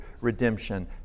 redemption